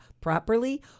properly